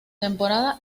temporada